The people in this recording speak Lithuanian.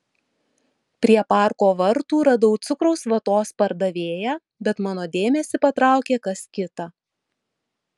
prie parko vartų radau cukraus vatos pardavėją bet mano dėmesį patraukė kas kita